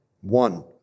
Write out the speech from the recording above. One